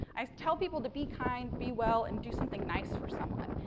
i tell people to be kind, be well, and do something nice for someone.